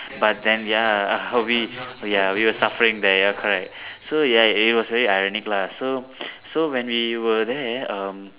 but then ya uh we ya we were suffering there ya correct so ya it was really ironic lah so so when we there um